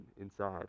inside